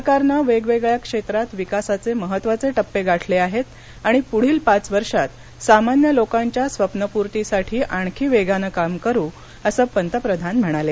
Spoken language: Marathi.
सरकारनं वेगवेगळ्या क्षेत्रात विकासाचे महत्त्वाचे टप्पे गाठले आहेत आणि पुढील पाच वर्षात सामान्य लोकांच्या स्वप्नपूर्तीसाठी आणखी वेगानं काम करु असं पंतप्रधान म्हणाले